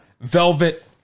velvet